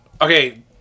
Okay